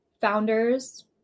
founders